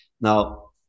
Now